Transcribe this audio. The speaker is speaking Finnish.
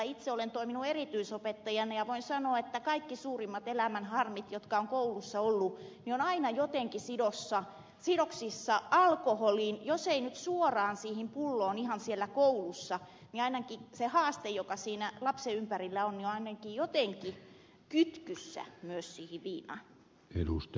itse olen toiminut erityisopettajana ja voin sanoa että kaikki suurimmat elämänharmit joita on koulussa ollut ovat aina jotenkin sidoksissa alkoholiin jos ei nyt suoraan siihen pulloon ihan siellä koulussa niin ainakin se haaste joka siinä lapsen ympärillä on on ainakin jotenkin kytkyssä myös siihen viinaan